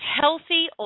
healthy